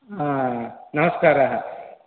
नमस्काराः